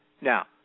Now